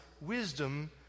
wisdom